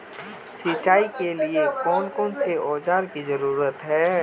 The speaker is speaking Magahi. सिंचाई के लिए कौन कौन से औजार की जरूरत है?